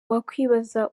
wakwibaza